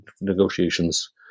negotiations